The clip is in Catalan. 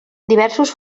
diversos